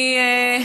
אני,